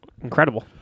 incredible